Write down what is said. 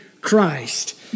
Christ